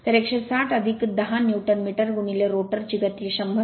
तर 160 10 newton metre rotor गती 100